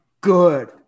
Good